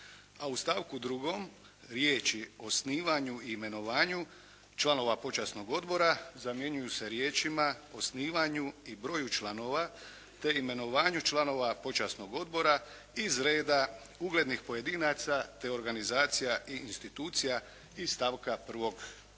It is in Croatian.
a u stavku 2. riječi: "osnivanju i imenovanju članova počasnog odbora" zamjenjuju se riječima: "osnivanju i broju članova te imenovanju članova počasnog odbora iz reda uglednih pojedinaca te organizacija i institucija iz stavka 1. ove